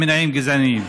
ממניעים גזעניים.